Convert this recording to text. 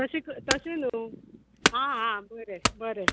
तशें तशें न्हू आ बरें बरें